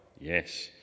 Yes